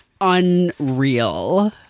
unreal